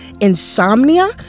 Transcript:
insomnia